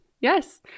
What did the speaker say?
Yes